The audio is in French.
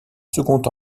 second